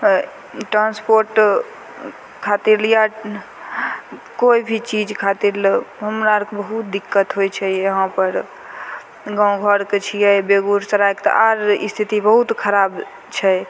तऽ ट्रान्सपोर्ट खातिर लिए कोइ भी चीज खातिर ले हमरा आओरके बहुत दिक्कत होइ छै इहाँपर गामघरके छिए बेगूसरायके तऽ आओर इस्थिति बहुत खराब छै